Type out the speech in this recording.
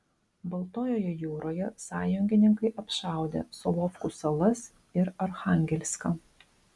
baltojoje jūroje sąjungininkai apšaudė solovkų salas ir archangelską